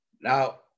Now